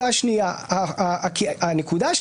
בהצעה של שקד דובר על זה שזה יהיה בהרכבים של תשעה עם שני שלישים,